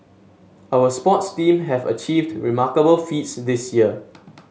our sports team have achieved remarkable feats this year